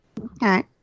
Okay